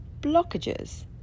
blockages